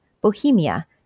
Bohemia